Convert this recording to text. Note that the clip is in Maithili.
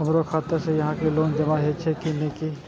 हमरो खाता से यहां के लोन जमा हे छे की ने?